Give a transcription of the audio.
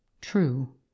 true